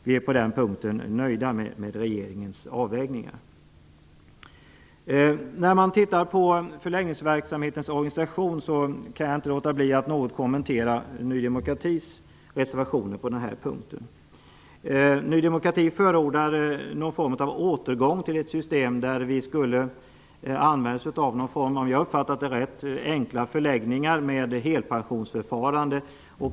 Vi är på den punkten nöjda med regeringens avvägningar. Jag kan inte låta bli att något kommentera Ny demokratis reservation när det gäller förläggningsverksamhetens organisation. Ny demokrati förordar en återgång till ett system som innebär att det skall vara någon form av -- om jag har uppfattat det rätt -- enkla förläggningar med helpension.